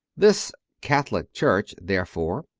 this catholic church, there fore,